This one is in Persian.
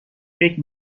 فکر